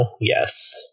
Yes